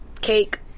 cake